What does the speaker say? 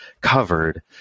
covered